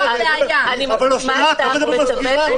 מדברים על קנס.